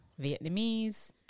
Vietnamese